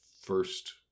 first